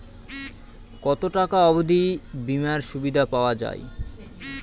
কত টাকা অবধি বিমার সুবিধা পাওয়া য়ায়?